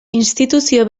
instituzio